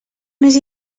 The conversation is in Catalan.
més